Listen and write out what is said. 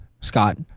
Scott